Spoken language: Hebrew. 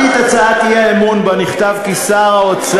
תשובה טובה.